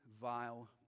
vile